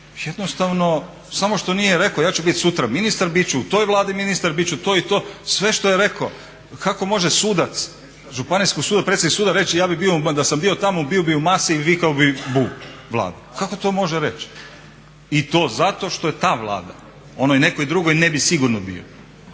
jednostavno samo što nije rekao ja ću bit sutra ministar, bit ću u toj vladi ministar, bit ću to i to. Sve što je rekao, kako može sudac Županijskog suda, predsjednik suda reći ja bih bio, da sam bio tamo bio bih u masi i vikao bih bu Vladi. Kako to može reći? I to zato što je ta Vlada onoj nekoj drugoj ne bi sigurno bio.